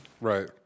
Right